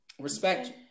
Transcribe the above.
Respect